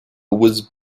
was